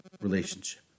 relationship